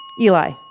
Eli